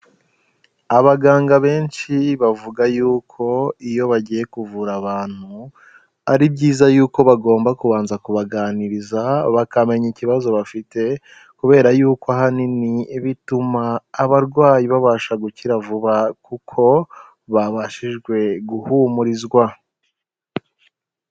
Abaganga benshi bavuga yuko iyo bagiye kuvura abantu, ari byiza yuko bagomba kubanza kubaganiriza, bakamenya ikibazo bafite, kubera yuko ahanini bituma abarwayi babasha gukira vuba kuko babashije guhumurizwa.